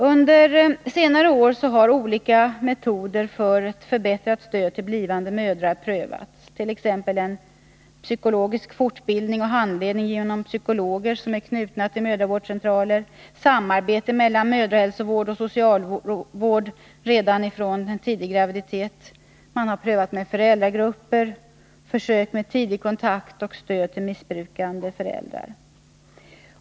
Under senare år har olika metoder för en förbättring av stödet till blivande mödrar prövats, t.ex. en psykologisk fortbildning och handledning genom psykologer knutna till mödravårdscentraler, samarbete mellan mödrahälsovård och socialvård redan från tidig gravdititet, föräldragrupper, försök med tidig kontakt och stöd till missbrukande föräldrar.